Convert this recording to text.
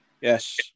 Yes